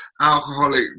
alcoholic